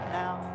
now